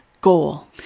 goal